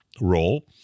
role